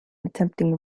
attempting